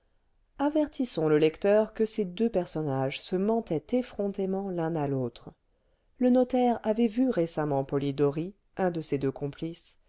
avertissons le lecteur que ces deux personnages se mentaient effrontément l'un à l'autre le notaire avait vu récemment polidori un